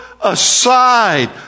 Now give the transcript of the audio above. aside